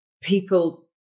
people